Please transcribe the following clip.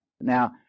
Now